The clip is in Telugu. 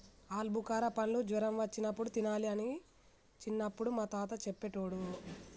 ఆల్బుకార పండ్లు జ్వరం వచ్చినప్పుడు తినాలి అని చిన్నపుడు మా తాత చెప్పేటోడు